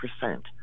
percent